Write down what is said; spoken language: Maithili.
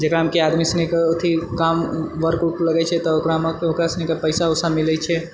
जेकरामे आदमी सनिके अथि काम वर्क उर्क लगैत छै तऽ ओकरामे ओकरासनिके पैसा वैसा मिलैत छै